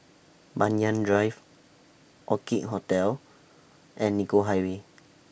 Banyan Drive Orchid Hotel and Nicoll Highway